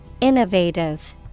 Innovative